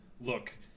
look